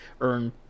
earn